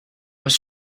was